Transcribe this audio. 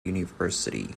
university